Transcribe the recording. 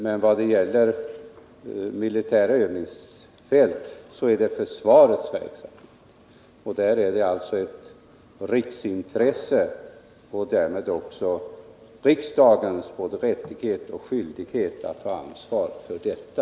Anläggning av militära övningsfält tillhör försvarets verksamhet. Där finns alltså ett riksintresse, och därmed är det riksdagens både rättighet och skyldighet att ta ansvar för detta.